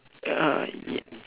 uh y~